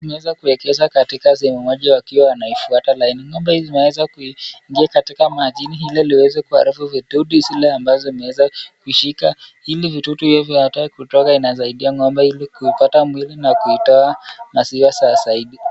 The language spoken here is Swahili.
Wameeza kuegeza katika sehemu moja ya kioo wanaifuata laini, ngombe hizi zimeweza luingia majini ili ziweze kua vitudu vile ambazo zimeweza, kushika, ili mdutu haitaki kutoka inasaidia ngombe ili kupata mwili na kuitoa masiwa sa saidi.